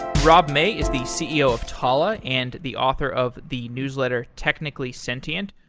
rob may is the ceo of talla and the author of the newsletter, technically sentient.